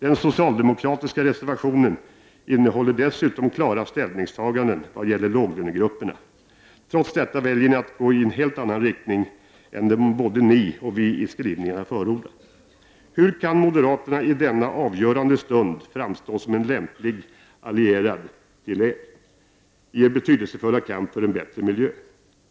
Den socialdemokratiska reservationen innehåller dessutom klara ställningstaganden vad gäller låglönegrupperna. Trots detta väljer ni att gå i en helt annan riktning än den både ni och vi i skrivningarna förordat. Hur kan moderaterna i denna avgörande stund framstå som en lämplig allierad i er betydelsefulla kamp för en bättre miljö?